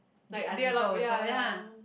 like they alive ya ya ya